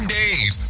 days